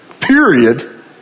period